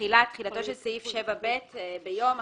תחילה 1 תחילתו של סעיף 7(ב) ביום ________.